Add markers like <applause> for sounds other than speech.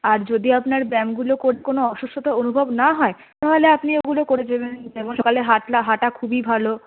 আর যদি আপনার ব্যামগুলো করে কোনো অসুস্থতা অনুভব না হয় তাহলে আপনি ওগুলো করে যেতে <unintelligible> যেমন সকালে হাঁটলে হাঁটা খুবই ভালো